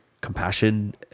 compassion